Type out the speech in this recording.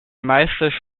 meiste